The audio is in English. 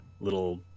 little